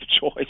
choice